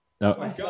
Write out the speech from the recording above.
No